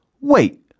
Wait